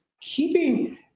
keeping